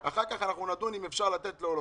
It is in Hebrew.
אחר אנחנו נדון אם אפשר לתת לו או לא.